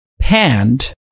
panned